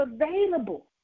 available